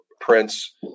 Prince